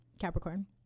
Capricorn